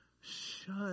shut